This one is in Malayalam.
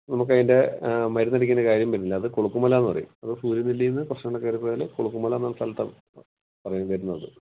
നമുക്ക് അതിൻ്റെ മരുന്ന് അടിക്കുന്ന കാര്യം വരില്ല അതു കുണുക്കുമല എന്ന് പറയും അത് സൂര്യനെല്ലിയിൽ നിന്ന് കുറച്ചു കൂടെ കയറിപ്പോയാൽ കുണുക്കുമല എന്ന് പറയുന്ന സ്ഥലത്താണ് പറയുന്നത് വരുന്നത്